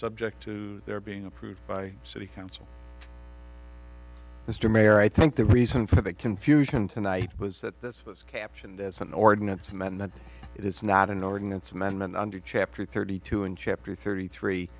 subject to their being approved by city council mr mayor i think the reason for the confusion tonight was that this was captioned as an ordinance and that it is not an ordinance amendment under chapter thirty two and chapter thirty three